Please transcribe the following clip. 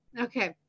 Okay